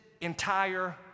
entire